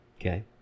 okay